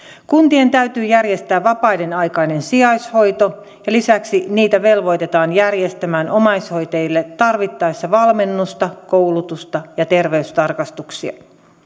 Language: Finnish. kuntien täytyy järjestää vapaiden aikainen sijaishoito ja lisäksi niitä velvoitetaan järjestämään omaishoitajille tarvittaessa valmennusta koulutusta ja terveystarkastuksia